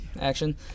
action